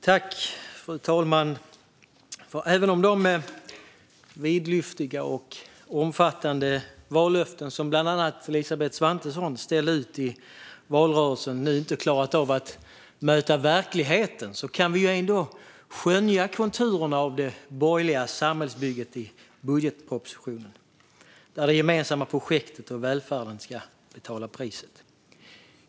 Fru talman! Även om de vidlyftiga och omfattande vallöften som bland annat Elisabeth Svantesson ställde ut i valrörelsen nu inte klarat av att möta verkligheten kan vi skönja konturerna av det borgerliga samhällsbygget i budgetpropositionen, där det gemensamma projektet och välfärden ska betala priset.